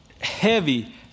heavy